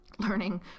learning